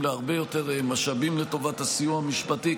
להרבה יותר משאבים לטובת הסיוע המשפטי,